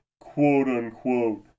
quote-unquote